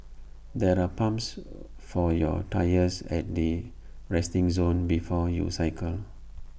there are pumps for your tyres at the resting zone before you cycle